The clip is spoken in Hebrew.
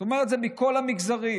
זאת אומרת, זה מכל המגזרים.